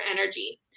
energy